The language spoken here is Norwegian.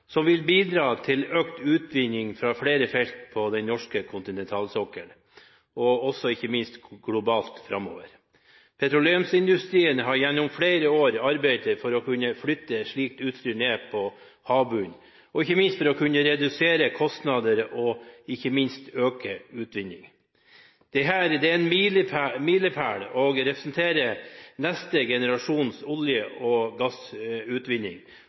som vil bidra til økt utvinning fra flere felt på den norske kontinentalsokkelen og ikke minst også globalt framover. Petroleumsindustrien har gjennom flere år arbeidet for å kunne flytte slikt utstyr ned på havbunnen, ikke minst for å kunne redusere kostnader og øke utvinningen. Dette er en milepæl og representerer neste generasjons olje- og gassutvinning